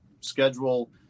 schedule